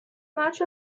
much